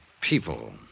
People